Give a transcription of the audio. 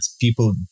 people